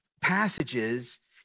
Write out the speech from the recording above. passages